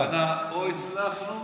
הכוונה: או הצלחנו